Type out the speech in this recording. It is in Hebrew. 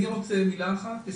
אני רוצה מילה אחת.